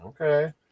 Okay